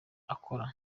akora